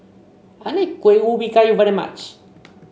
I like Kueh Ubi Kayu very much